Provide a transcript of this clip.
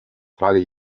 trage